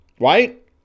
right